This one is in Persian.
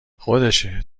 خودشه